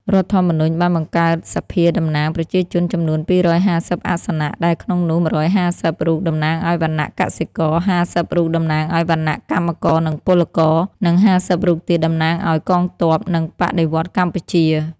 រដ្ឋធម្មនុញ្ញ បានបង្កើតសភាតំណាងប្រជាជនចំនួន២៥០ អាសនៈ ដែល ក្នុងនោះ ១៥០ រូបតំណាងឱ្យ វណ្ណៈកសិករ ៥០ រូបតំណាងឱ្យ វណ្ណៈកម្មករនិងពលករ និង៥០ រូបទៀតតំណាងឱ្យកងទ័ព បដិវត្តន៍កម្ពុជា ។